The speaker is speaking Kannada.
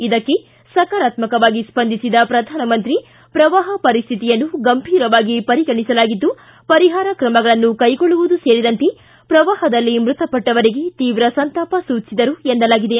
ಇದಕ್ಕೆ ಸಕಾರಾತ್ಮಕವಾಗಿ ಸ್ವಂದಿಸಿದ ಪ್ರಧಾನಮಂತ್ರಿ ಪ್ರವಾಪ ಪರಿಶ್ನಿತಿಯನ್ನು ಗಂಭೀರವಾಗಿ ಪರಿಗಣಿಸಲಾಗಿದ್ದು ಪರಿಪಾರ ಕ್ರಮಗಳನ್ನು ಕ್ರೈಗೊಳ್ಳುವುದು ಸೇರಿದಂತೆ ಪ್ರವಾಪದಲ್ಲಿ ಮೃತಪಟ್ಟವರಿಗೆ ತೀವ್ರ ಸಂತಾಪ ಸೂಚಿಸಿದರು ಎನ್ನಲಾಗಿದೆ